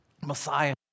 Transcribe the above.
Messiah